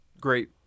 great